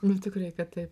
bet tikrai kad taip